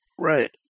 right